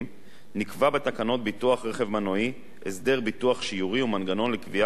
נקבע בתקנות ביטוח רכב מנועי (הסדר ביטוח שיורי ומנגנון לקביעת התעריף),